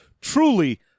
truly